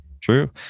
True